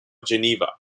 geneva